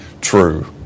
true